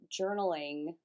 journaling